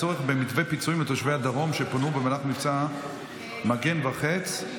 בנושא: הצורך במתווה פיצויים לתושבי הדרום שפונו במהלך מבצע מגן וחץ,